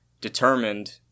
determined